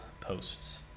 posts